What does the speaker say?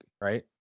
right